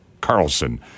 Carlson